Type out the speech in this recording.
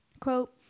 Quote